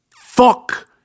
Fuck